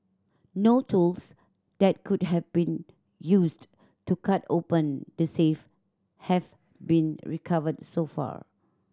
no tools that could have been used to cut open the safe have been recovered so far